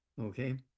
okay